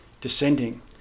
descending